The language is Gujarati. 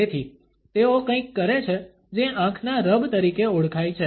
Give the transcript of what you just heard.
તેથી તેઓ કંઈક કરે છે જે આંખના રબ તરીકે ઓળખાય છે